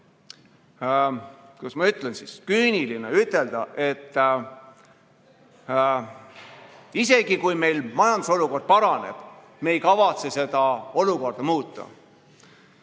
kuidas ma ütlen, küüniline ütelda, et isegi kui meil majanduse olukord paraneb, me ei kavatse seda olukorda muuta.